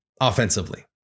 Offensively